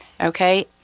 Okay